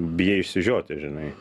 bijai išsižioti žinai